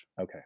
Okay